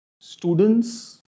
students